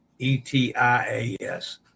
ETIAS